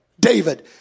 David